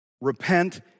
Repent